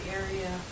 area